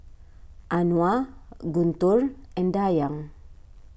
Anuar Guntur and Dayang